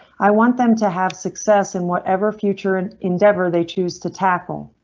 i want them to have success in whatever future endeavour they choose to tackle.